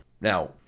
now